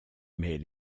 mais